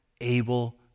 able